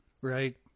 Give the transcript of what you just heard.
Right